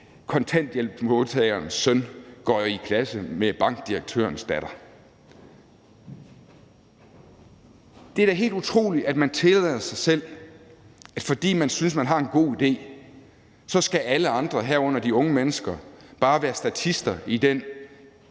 kontanthjælpsmodtagerens søn går i klasse med bankdirektørens datter. Det er da helt utroligt, at man, fordi man synes, man har en god idé, tillader sig selv, at alle andre, herunder de unge mennesker, bare skal være statister i den